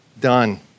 done